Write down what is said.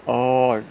orh